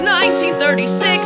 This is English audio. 1936